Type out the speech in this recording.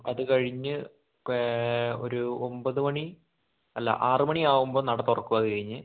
അത് കഴിഞ്ഞ് ഒരു ഒമ്പത് മണി അല്ല ആറ് മണിയാകുമ്പോൾ നട തുറക്കും അത് കഴിഞ്ഞ്